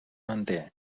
manté